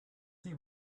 see